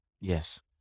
Yes